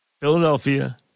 Philadelphia